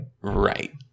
Right